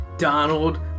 Donald